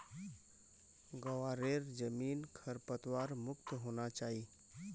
ग्वारेर जमीन खरपतवार मुक्त होना चाई